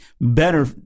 better